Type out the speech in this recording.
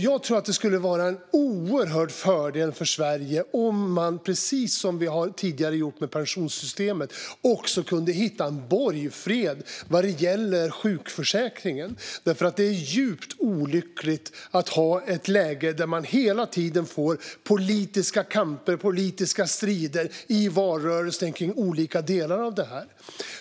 Jag tror att det skulle vara en oerhörd fördel för Sverige om vi, precis som vi tidigare har gjort med pensionssystemet, kunde hitta en borgfred när det gäller sjukförsäkringen. Det är nämligen djupt olyckligt att ha ett läge där det hela tiden blir politiska kamper och politiska strider i valrörelsen kring olika delar av detta.